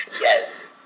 Yes